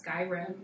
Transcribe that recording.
Skyrim